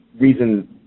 reason